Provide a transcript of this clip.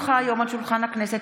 הונחו היום על שולחן הכנסת,